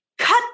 Cut